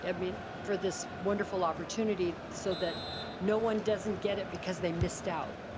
i mean for this wonderful opportunity so that no one doesn't get it because they missed out.